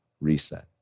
reset